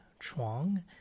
Chuang